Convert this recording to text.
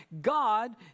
God